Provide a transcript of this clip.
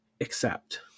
accept